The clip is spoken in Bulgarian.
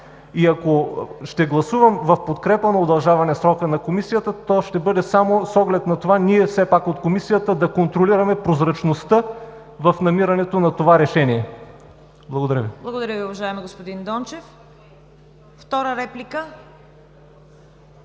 и ако ще гласувам в подкрепа на удължаване на срока на Комисията, то ще бъде с оглед на това ние все пак от Комисията да контролираме прозрачността в намирането на това решение. Благодаря Ви. ПРЕДСЕДАТЕЛ ЦВЕТА КАРАЯНЧЕВА: Благодаря Ви, уважаеми господин Дончев.